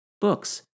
books